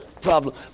problem